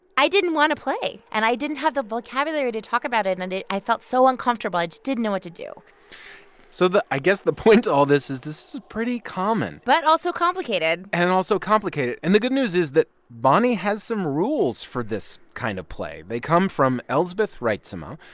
i didn't want to play. and i didn't have the vocabulary to talk about it, and and it i felt so uncomfortable. i just didn't know what to do so the i guess the point to all this is this is pretty common but also complicated and also complicated and the good news is that bonnie has some rules for this kind of play. they come from elsbeth reitzema.